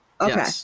Okay